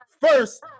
first